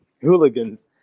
hooligans